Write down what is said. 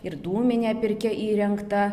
ir dūminė pirkia įrengta